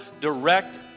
direct